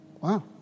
Wow